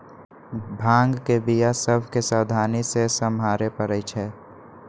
भांग के बीया सभ के सावधानी से सम्हारे परइ छै